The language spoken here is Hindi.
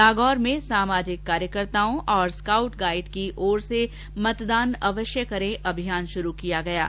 नागौर में सामाजिक कार्यकर्ताओं और स्काउट गाइड की ओर से मतदान अवश्य करें अभियान शुरू किया गया है